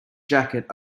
jacket